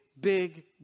big